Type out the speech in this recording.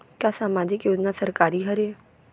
का सामाजिक योजना सरकारी हरे?